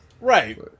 Right